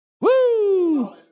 Woo